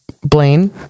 Blaine